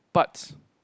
but